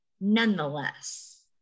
nonetheless